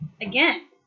again